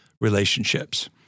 relationships